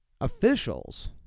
Officials